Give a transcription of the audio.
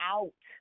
Out